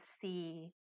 see